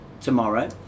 tomorrow